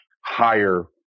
higher